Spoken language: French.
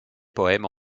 poèmes